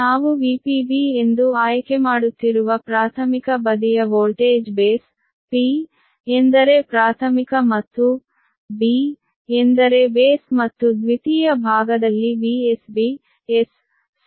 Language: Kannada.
ನಾವು VpB ಎಂದು ಆಯ್ಕೆಮಾಡುತ್ತಿರುವ ಪ್ರಾಥಮಿಕ ಬದಿಯ ವೋಲ್ಟೇಜ್ ಬೇಸ್ p ಎಂದರೆ ಪ್ರಾಥಮಿಕ ಮತ್ತು B ಎಂದರೆ ಬೇಸ್ ಮತ್ತು ದ್ವಿತೀಯ ಭಾಗದಲ್ಲಿ VsB S ಸೆಕೆಂಡರಿ ಮತ್ತು B ಬೇಸ್ ಆಗಿದೆ